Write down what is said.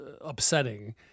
upsetting